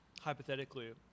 hypothetically